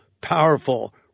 powerful